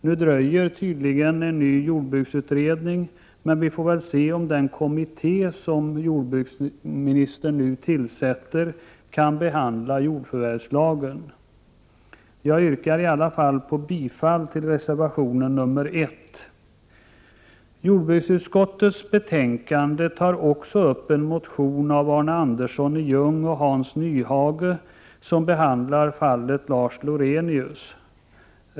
Nu dröjer tydligen en ny jordbruksutredning, men vi får väl se om den kommitté som jordbruksministern nu tillsätter även kan behandla jordförvärvslagen. Jag yrkar i alla fall bifall till reservation nr 1. Jordbruksutskottets betänkande tar också upp en motion av Arne Andersson i Ljung och Hans Nyhage som behandlar fallet Lars Lorenius.